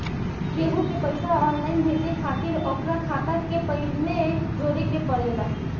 केहू के पईसा ऑनलाइन भेजे खातिर ओकर खाता के पहिले जोड़े के पड़ेला